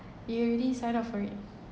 you already sign up for it